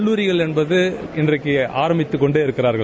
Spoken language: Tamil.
கல்லூரிகள் என்பது இன்றைக்கு ஆரம்பித்துக் கொண்டே இருக்கின்றார்கள்